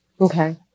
Okay